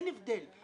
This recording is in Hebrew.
אין הבדל.